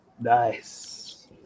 Nice